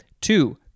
Two